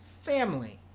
family